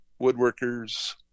woodworkers